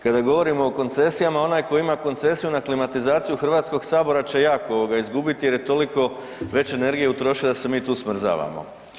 Kada govorimo o koncesijama, onaj koji ima koncesiju na klimatizaciju HS će jako izgubiti jer je toliko već energije utrošio da se mi tu smrzavamo.